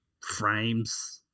frames